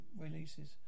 releases